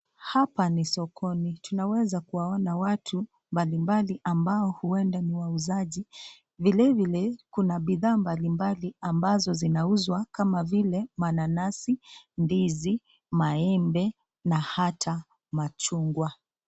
Hapa ni sokoni, tunaweza kuona watu mbalimbali ambao huenda ni wauzaji, vile vile kuna bidhaa mbalimbali ambazo zinauzwa kama vile, mananasi, ndizi maembe, na hata machungwa.